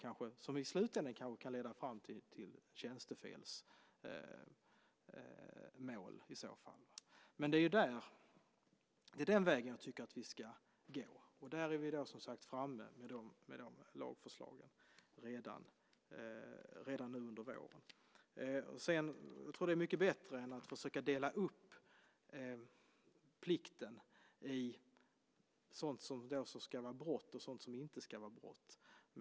I slutändan kan det leda fram till tjänstefelsmål. Det är den vägen jag tycker att vi ska gå. Där är vi framme med lagförslag redan under våren. Jag tror att det är mycket bättre än att försöka dela upp plikten i sådant som ska vara brott och sådant som inte ska vara brott.